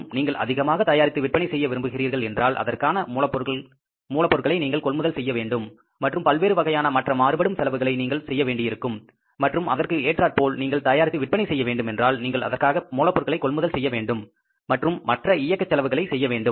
மற்றும் நீங்கள் அதிகமாக தயாரித்து விற்பனை செய்ய விரும்புகிறீர்கள் என்றால் அதற்கான மூலப் பொருட்களை நீங்கள் கொள்முதல் செய்யவேண்டும் மற்றும் பல்வேறு வகையான மற்ற மாறுபடும் செலவுகளை நீங்கள் செய்ய வேண்டியிருக்கும் மற்றும் அதற்கு ஏற்றார் போல் நீங்கள் தயாரித்து விற்பனை செய்ய வேண்டும் என்றால் நீங்கள் அதற்கான மூலப்பொருட்களை கொள்முதல் செய்ய வேண்டும் மற்றும் மற்ற இயக்க செலவுகளை செய்ய வேண்டும்